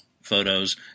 Photos